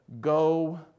Go